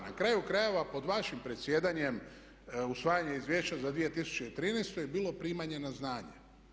Na kraju krajeva pod vašim predsjedanjem, usvajanje izvješća za 2013. je bilo primanje na znanje.